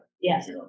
Yes